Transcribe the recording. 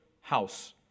house